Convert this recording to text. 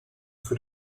für